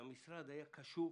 שהמשרד היה קשוב